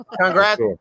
Congrats